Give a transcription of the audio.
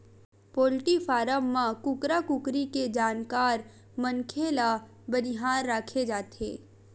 poultry farm म कुकरा कुकरी के जानकार मनखे ल बनिहार राखे जाथे